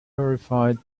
purified